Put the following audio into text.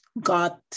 got